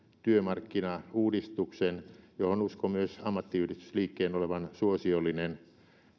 työmarkkinauudistuksen jolle uskon myös ammattiyhdistysliikkeen olevan suosiollinen